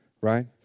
right